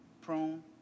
Prone